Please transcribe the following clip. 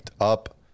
up